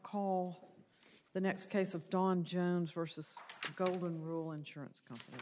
call the next case of dawn jones versus golden rule insurance company